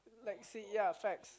like say ya facts